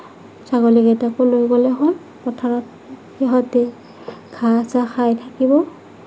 ছাগলীকেইটাকো লৈ গ'লে হ'ল পথাৰত সিহঁতে ঘাঁহ চাহ খাই থাকিব